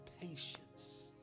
patience